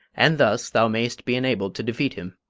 and thus thou mayst be enabled to defeat him.